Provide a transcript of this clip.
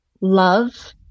love